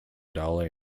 dollar